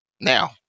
now